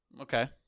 Okay